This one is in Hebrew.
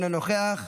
אינו נוכח,